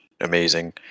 Amazing